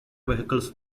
vehicles